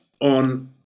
on